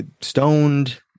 stoned